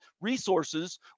resources